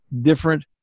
different